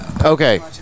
Okay